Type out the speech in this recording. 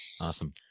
Awesome